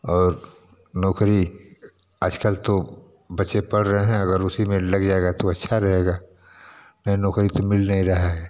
और नौकरी आजकल तो बच्चे पढ़ रहे हैं अगर उसी में लग जाएगा तो अच्छा रहेगा नए नौकरी तो मिल नहीं रहा है